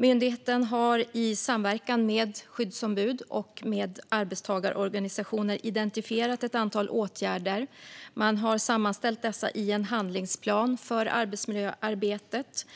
Myndigheten har i samverkan med skyddsombud och arbetstagarorganisationer identifierat ett antal åtgärder. Man har sammanställt dessa i en handlingsplan för arbetsmiljöarbetet.